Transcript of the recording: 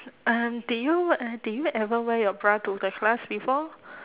um did you uh did you ever wear your bra to the class before